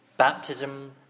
Baptism